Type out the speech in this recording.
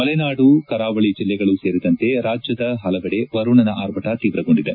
ಮಲೆನಾಡು ಕರಾವಳಿ ಜಿಲ್ಲೆಗಳು ಸೇರಿದಂತೆ ರಾಜ್ಯದ ಪಲವೆಡೆ ವರುಣನ ಅರ್ಭಟ ತೀವ್ರಗೊಂಡಿದೆ